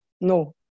no